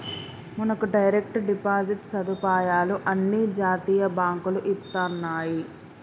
మనకు direct deposit సదుపాయాలు అన్ని జాతీయ బాంకులు ఇత్తన్నాయి